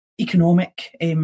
economic